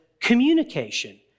communication